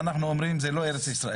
ואנחנו אומרים זו לא ארץ ישראל.